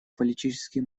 политические